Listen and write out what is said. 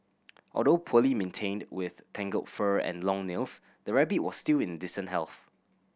although poorly maintained with tangled fur and long nails the rabbit was still in decent health